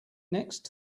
next